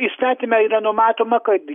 įstatyme yra numatoma kad